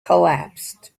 collapsed